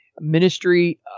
ministry